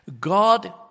God